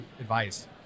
advice